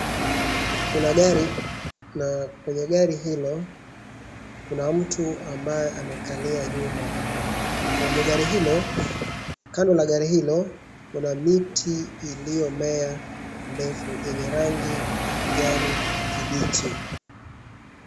Kuna gari na kwenye gari hilo kuna mtu ambaye amekalia nyuma. Kwenye gari hilo, kando na gari hilo kuna miti iliyomea ndefu yenye rangi ya kijani kibichi.